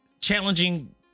challenging